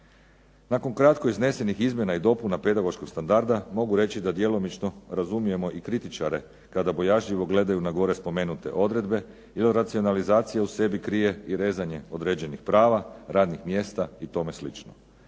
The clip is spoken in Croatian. Nakon kratko iznesenih izmjena i dopuna pedagoškog standarda mogu reći da djelomično razumijemo i kritičare kada bojažljivo gledaju na gore spomenute odredbe i da racionalizacija u sebi krije i rezanje određenih prava, radnih mjesta i tome